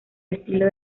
estilo